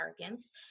arrogance